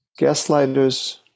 Gaslighters